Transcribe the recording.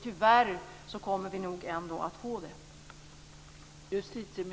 Tyvärr kommer vi nog ändå att få det så.